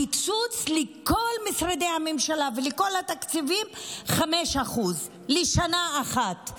הקיצוץ לכל משרדי הממשלה ובכל התקציבים הוא 5% לשנה אחת,